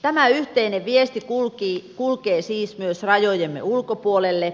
tämä yhteinen viesti kulkee siis myös rajojemme ulkopuolelle